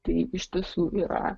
tai iš tiesų yra